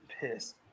piss